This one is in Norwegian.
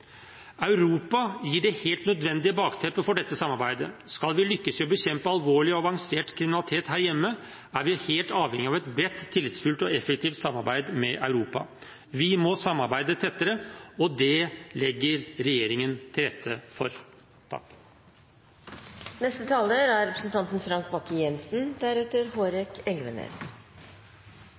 Europa gir det helt nødvendige bakteppet for dette samarbeidet. Skal vi lykkes i å bekjempe alvorlig og avansert kriminalitet her hjemme, er vi helt avhengige av et bredt, tillitsfullt og effektivt samarbeid med Europa. Vi må samarbeide tettere, og det legger regjeringen til rette for.